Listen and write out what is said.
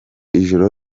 ijoro